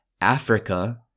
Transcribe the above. Africa